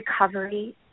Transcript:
recovery